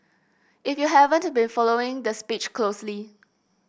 if you haven't been following the speech closely